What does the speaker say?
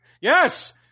Yes